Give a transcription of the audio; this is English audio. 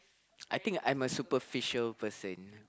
I think I'm a superficial person